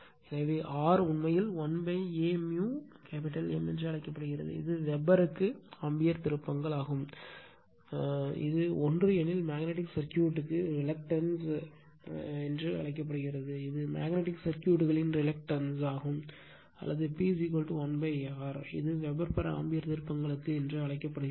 எனவே R உண்மையில் l A M என்று அழைக்கிறது இது வெபருக்கு ஆம்பியர் திருப்பங்கள் இது 1 எனில் மேக்னட்டிக் சர்க்யூட்க்கு ரிலக்டன்ஸ் என்று அழைக்கப்படுகிறது இது மேக்னட்டிக் சர்க்யூட்களின் ரிலக்டன்ஸ் என்று அழைக்கப்படுகிறது அல்லது P 1 R இது வெபர்ஆம்பியர் திருப்பங்களுக்கு என்று அழைக்கப்படுகிறது